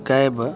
cab